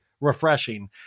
refreshing